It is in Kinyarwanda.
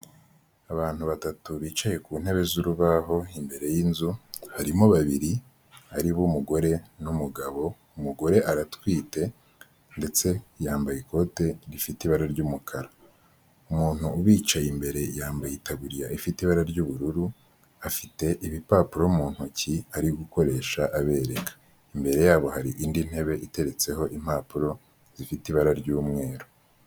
Abantu batatu bicaye ku ntebe z'urubaho imbere y'inzu, harimo babiri aribo umugore n'umugabo, umugore aratwite ndetse yambaye ikote rifite ibara ry'umukara, umuntu ubicaye imbere yambayebi ifite ibara ry'ubururu afite ibipapuro mu ntoki ari gukoresha abereka, imbere yabo hari indi ntebe iteretseho impapuro ifite ibara ry'umweru.